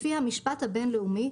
לפי המשפט הבין-לאומי,